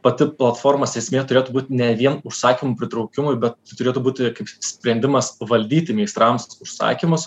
pati platformos esmė turėtų būt ne vien užsakymų pritraukimui bet turėtų būti kaip sprendimas valdyti meistrams užsakymus